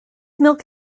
milk